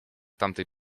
tamtej